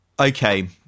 Okay